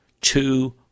two